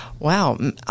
Wow